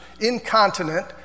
incontinent